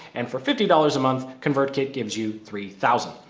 and for fifty dollars a month convertkit gives you three thousand.